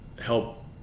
help